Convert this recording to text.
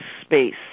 space